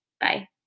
Bye